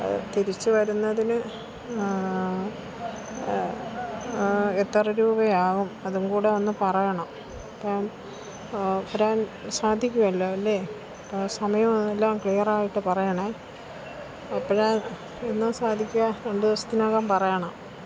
അത് തിരിച്ചു വരുന്നതിന് എത്ര രൂപയാകും അതും കൂടെയൊന്ന് പറയണം ഇപ്പം വരാന് സാധിക്കുവല്ലോ അല്ലേ സമയവും അതെല്ലാം ക്ലിയറായിട്ട് പറയണേ അപ്പഴ് എന്നാണു സാധിക്കുക രണ്ട് ദിവസത്തിനകം പറയണം